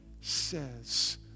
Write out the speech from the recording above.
says